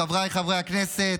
חבריי חברי הכנסת,